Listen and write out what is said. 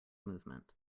movement